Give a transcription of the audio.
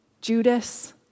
Judas